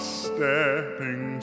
stepping